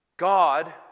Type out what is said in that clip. God